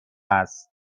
است